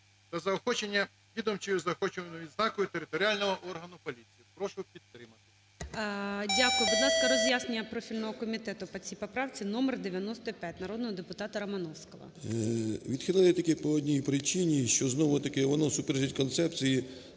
та заохочення відомчою заохочувальною відзнакою територіального органу поліції. Прошу підтримати. ГОЛОВУЮЧИЙ. Дякую. Будь ласка, роз'яснення профільного комітету по цій поправці, номер 95, народного депутатаРомановського. 13:26:18 ПАЛАМАРЧУК М.П. Відхилили тільки по одній причині, що знову-таки, воно суперечить концепції